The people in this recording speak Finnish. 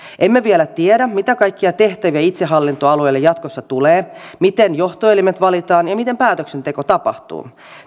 emme vielä tiedä mitä kaikkia tehtäviä itsehallintoalueille jatkossa tulee miten johtoelimet valitaan ja miten päätöksenteko tapahtuu